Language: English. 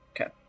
Okay